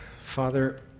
Father